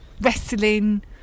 wrestling